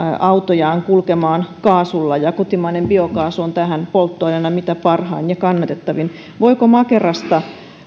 autojaan kulkemaan kaasulla ja kotimainen biokaasu on tähän polttoaineena mitä parhain ja kannatettavin voiko makerasta